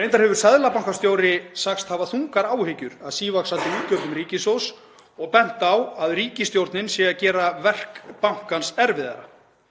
Reyndar hefur seðlabankastjóri sagst hafa þungar áhyggjur af sívaxandi útgjöldum ríkissjóðs og bent á að ríkisstjórnin sé að gera verk bankans erfiðara.